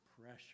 pressure